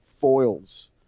foils